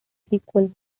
sequels